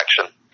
action